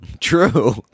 True